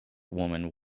woman